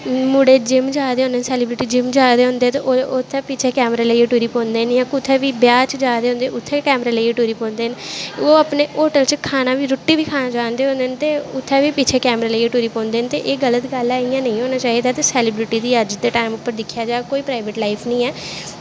मुड़े जिम्म जा दे होंदे ते उत्थै दा सैलिब्रिटी जिम्म जा दे होंदे ते उत्थें पिच्छें कैमरे लेईयै टुरी पौंदे न जित्थें बी ब्याह् च जा दे होंदे न उत्थै गै कैमरे लेईयै टुरी पौंदे न ओह् अपने होटल च रुट्टी बी खान जा दे होंदे न ते उत्थै बी पिच्छें कैमरे लेईयै टुरी पौंदे ते एह् गल्त गल्ल ऐ इयां नेई होनां चाही दा ते सैलिब्रिटी दी अज्ज दे टाईम उप्पर दिक्खेआ जाए कोई प्राईवेट लाईफ नी ऐ